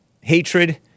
hatred